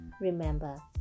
Remember